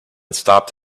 stopped